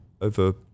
over